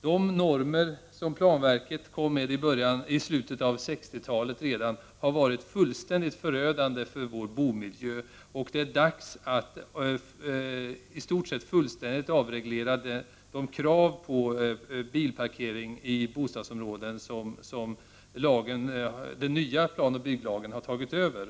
De normer som planverket kom med redan i slutet av 60 talet har varit fullständigt förödande för vår bomiljö. Det är nu dags för en i stort sett fullständig avreglering när det gäller kraven på bilparkering i bostadsområden. Här har ju den nya planoch bygglagen tagit över.